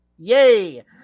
Yay